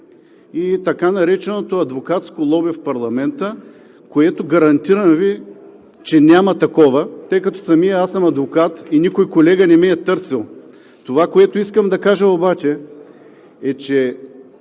и така нареченото адвокатско лоби в парламента, което гарантирам Ви, че няма такова, тъй като самият аз съм адвокат и никой колега не ме е търсил. Това, което искам да кажа обаче, е, че